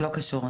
לא קשור.